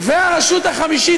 והרשות החמישית,